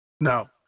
No